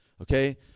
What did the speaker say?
okay